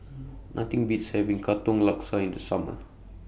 Nothing Beats having Katong Laksa in The Summer